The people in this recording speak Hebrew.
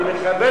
אני מכבד אותך.